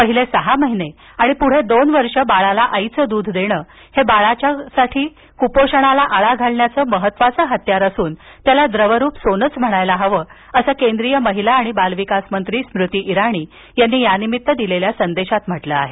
पहिले सहा महिने आणि पुढे दोन वर्षं बाळाला आईचं दूध देणं हे बाळासाठी कुपोषणाला आळा घालण्याचं महत्त्वाचं हत्यार असून त्याला द्रवरूप सोनंच म्हणायला हवं असं केंद्रीय महिला आणि बाल विकास मंत्री स्मृती इराणी यांनी यानिमित्त दिलेल्या संदेशात म्हटलं आहे